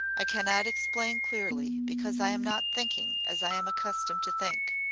i cannot explain clearly because i am not thinking as i am accustomed to think.